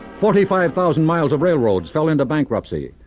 forty five thousand miles of railroads fell into bankruptcy.